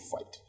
fight